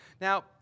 Now